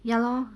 ya lor